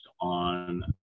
on